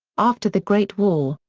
after the great war,